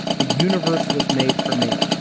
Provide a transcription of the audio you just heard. the universe was made for me.